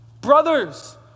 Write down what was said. Brothers